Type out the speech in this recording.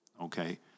okay